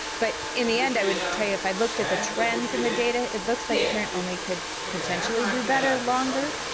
but in the end i would tell you if i looked at the trends in the data it looks like parent-only could potentially do better longer.